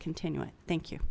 continue it thank you